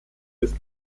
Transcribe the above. des